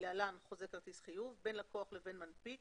(להלן חוזה כרטיס חיוב) אין לקוח לבין מנפיק